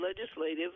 legislative